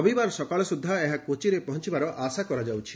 ରବିବାର ସକାଳ ସ୍ରଦ୍ଧା ଏହା କୋଚିରେ ପହଞ୍ଚବାର ଆଶା କରାଯାଉଛି